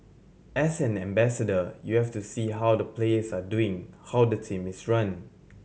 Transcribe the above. as an ambassador you have to see how the players are doing how the team is run